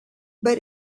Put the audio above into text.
but